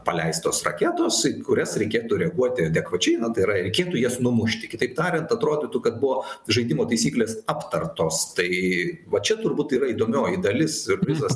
paleistos raketos į kurias reikėtų reaguoti adekvačiai na tai yra reikėtų jas numušti kitaip tariant atrodytų kad buvo žaidimo taisyklės aptartos tai va čia turbūt yra įdomioji dalis siurprizas